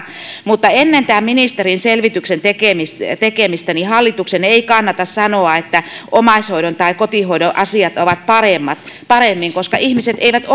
mutta ennen tämän ministerin selvityksen tekemistä hallituksen ei kannata sanoa että omaishoidon tai kotihoidon asiat ovat paremmin koska ihmiset eivät